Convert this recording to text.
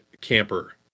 camper